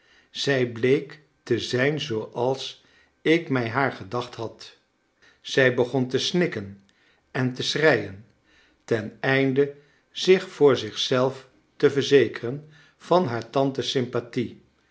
zij bleek te zijn zooals ik mij haar gedacht had zij begon te snikken en te schreien ten einde zich voor zich zelf te verzekeren van haar tante's sympathie